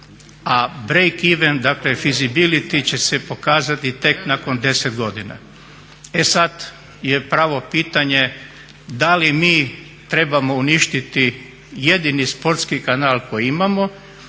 a brake-even, dakle feasibility će se pokazati će se pokazati tek nakon 10 godina. E sada je pravo pitanje da li mi trebamo uništiti jedini sportski kanal koji imamo